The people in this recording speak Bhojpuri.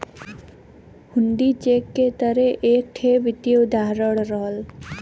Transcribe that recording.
हुण्डी चेक के तरे एक ठे वित्तीय उपकरण रहल